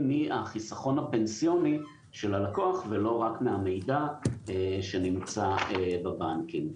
מהחיסכון הפנסיוני של הלקוח ולא רק מהמידע שנמצא בבנקים.